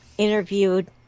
interviewed